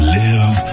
live